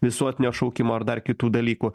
visuotinio šaukimo ar dar kitų dalykų